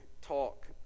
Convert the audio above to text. talk